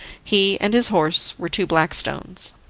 he and his horse were two black stones.